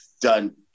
done